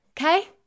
Okay